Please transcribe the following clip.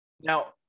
Now